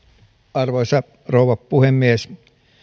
arvoisa rouva puhemies